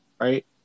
right